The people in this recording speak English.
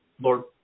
Lord